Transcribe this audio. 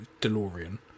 DeLorean